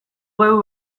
geu